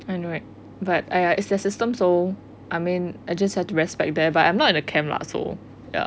I know right but !aiya! it's their system so I mean I just have to respect that but I'm not in the camp lah so ya